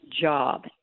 job